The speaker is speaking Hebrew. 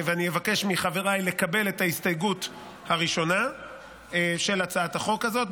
ואני אבקש מחבריי לקבל את ההסתייגות הראשונה להצעת החוק הזאת,